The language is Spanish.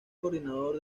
coordinador